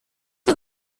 του